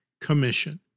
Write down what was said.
Commission